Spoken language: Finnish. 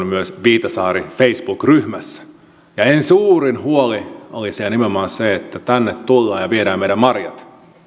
myös viitasaari facebook ryhmässä hänen suurin huolensa oli nimenomaan se että tänne tullaan ja viedään meidän marjat